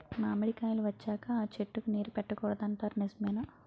మామిడికాయలు వచ్చాక అ చెట్టుకి నీరు పెట్టకూడదు అంటారు నిజమేనా?